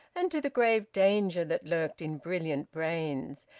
and to the grave danger that lurked in brilliant brains,